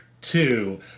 two